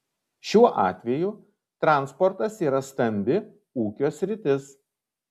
šiuo atveju transportas yra stambi ūkio sritis